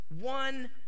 one